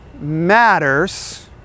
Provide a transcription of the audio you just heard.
matters